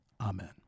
Amen